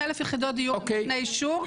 20,000 יחידות דיור בפני אישור,